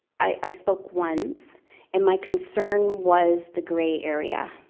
i spoke once and my concern was the grey area.